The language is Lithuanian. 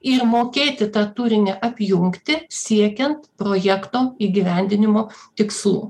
ir mokėti tą turinį apjungti siekiant projekto įgyvendinimo tikslų